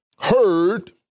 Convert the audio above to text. heard